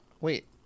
Wait